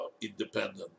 independent